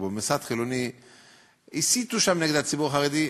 במוסד חילוני הסיתו שם נגד הציבור החרדי,